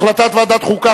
החלטת ועדת החוקה,